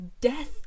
death